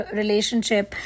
relationship